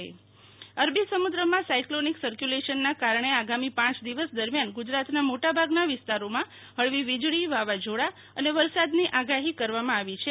શીતલ વૈશ્નવ વરસાદની આગાહી અરબી સમુદ્રમાં સાયકલોનિક સકર્યુલેશનના કારણે આગામી પાંચ દિવસ દરમ્યાન ગુજરાતના મોટા ભાગના વિસ્તારોમાં હળવી વીજળી વાવાઝોડા અને વરસાદની આગાહી કરવામાં આવી છે